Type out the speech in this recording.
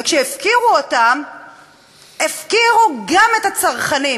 וכשהפקירו אותם הפקירו גם את הצרכנים,